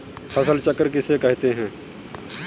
फसल चक्र किसे कहते हैं?